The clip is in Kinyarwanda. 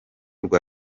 rwa